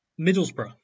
Middlesbrough